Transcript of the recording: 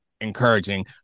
encouraging